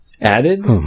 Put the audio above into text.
added